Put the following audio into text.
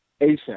ASAP